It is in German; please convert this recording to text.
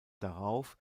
darauf